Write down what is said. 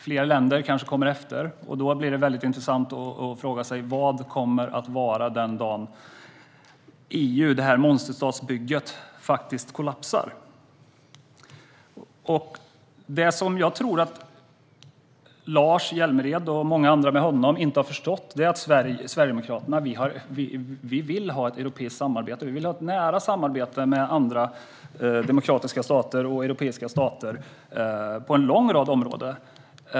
Fler länder kanske följer efter, och då blir det intressant att fråga sig vad som händer den dagen EU - detta monsterstatsbygge - faktiskt kollapsar. Det jag tror att Lars Hjälmered och många andra med honom inte har förstått är att Sverigedemokraterna vill ha ett europeiskt samarbete. Vi vill ha ett nära samarbete med andra demokratiska europeiska stater på en lång rad områden.